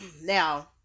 Now